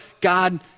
God